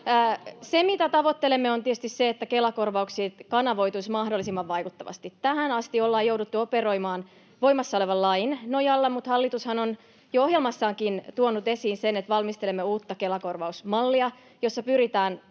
Se, mitä tavoittelemme, on tietysti se, että Kela-korvaukset kanavoituisivat mahdollisimman vaikuttavasti. Tähän asti ollaan jouduttu operoimaan voimassa olevan lain nojalla, mutta hallitushan on jo ohjelmassaankin tuonut esiin sen, että valmistelemme uutta Kela-korvausmallia, jossa pyritään